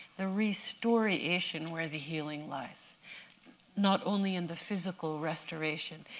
the re-story-ation where the healing lies not only in the physical restoration,